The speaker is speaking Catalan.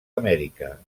amèrica